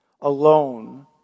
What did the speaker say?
Alone